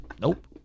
Nope